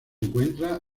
encuentra